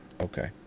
Okay